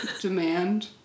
demand